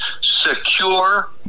secure